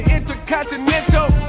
Intercontinental